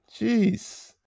Jeez